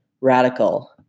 radical